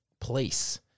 place